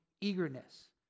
eagerness